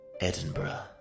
Edinburgh